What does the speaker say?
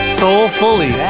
soulfully